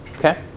Okay